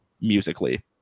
musically